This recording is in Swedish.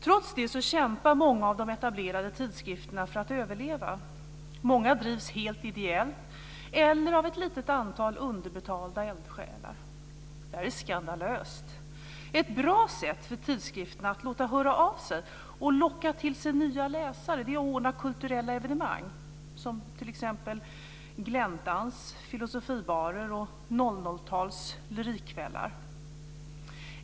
Trots det kämpar många av de etablerade tidskrifterna för att överleva. Många drivs helt ideellt eller av ett litet antal underbetalda eldsjälar. Det här är skandalöst. Ett bra sätt för tidskrifterna att låta höra av sig och locka till sig nya läsare är att ordna kulturella evenemang som t.ex. Gläntans filosofibarer och 00-tals lyrikkvällar.